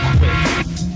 quit